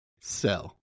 Sell